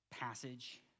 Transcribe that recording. Passage